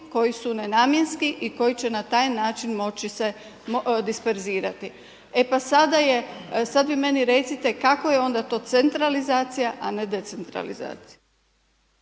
koji su nenamjenski i koji će na taj način moći se disperzirati. E pa sada je, sad vi meni recite kako je onda to centralizacija, a ne decentralizacija.